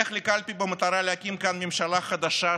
נלך לקלפי במטרה להקים כאן ממשלה חדשה,